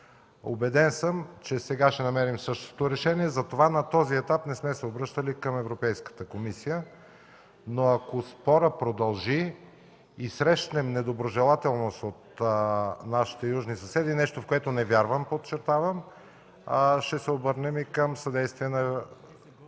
Убеден съм, че сега ще намерим същото решение, затова на този етап не сме се обръщали към Европейската комисия, но ако спорът продължи и срещнем недоброжелателност от нашите южни съседи – нещо, което не вярвам, подчертавам, ще се обърнем към нашите